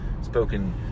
spoken